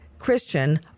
Christian